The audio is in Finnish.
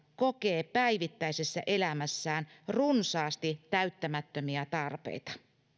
kokee päivittäisessä elämässään runsaasti täyttymättömiä tarpeita